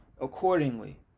accordingly